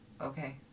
Okay